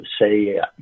say